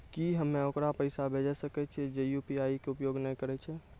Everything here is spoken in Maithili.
की हम्मय ओकरा पैसा भेजै सकय छियै जे यु.पी.आई के उपयोग नए करे छै?